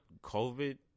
COVID